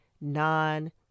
non